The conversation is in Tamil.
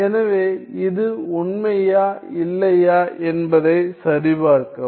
எனவே இது உண்மையா இல்லையா என்பதை சரிபார்க்கவும்